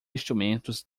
instrumentos